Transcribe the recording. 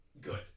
good